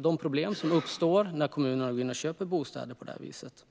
de problem som uppstår när kommunerna går in och köper bostäder på det här viset.